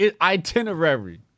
itinerary